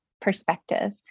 perspective